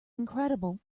incredible